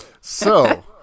So-